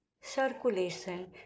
circulation